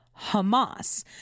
Hamas